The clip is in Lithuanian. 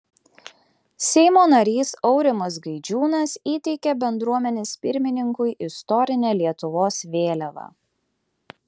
seimo narys aurimas gaidžiūnas įteikė bendruomenės pirmininkui istorinę lietuvos vėliavą